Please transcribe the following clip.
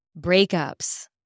breakups